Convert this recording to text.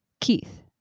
Keith